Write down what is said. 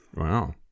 wow